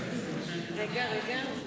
ההצעה להעביר את